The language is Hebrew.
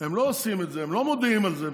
הם לא עושים את זה, הם לא מודיעים על זה.